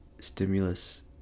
stimulus